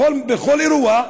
בכל אירוע,